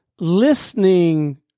listening